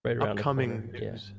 upcoming